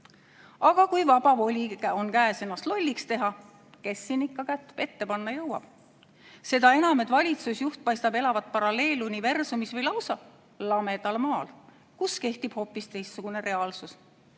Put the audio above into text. Aga kui on vaba voli ennast lolliks teha, kes siin ikka kätt ette panna jõuab? Seda enam, et valitsusjuht paistab elavat paralleeluniversumis või lausa lamedal maal, kus kehtib hoopis teistsugune reaalsus.